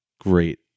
great